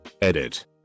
Edit